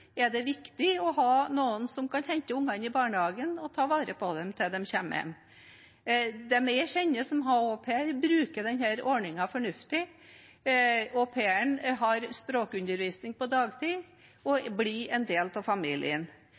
ha noen som kan hente ungene i barnehagen og ta vare på dem til de kommer hjem. De jeg kjenner som har au pair, bruker denne ordningen fornuftig. Au pairen har språkundervisning på dagtid og blir en del av familien,